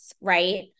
right